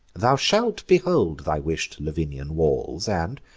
thou shalt behold thy wish'd lavinian walls and,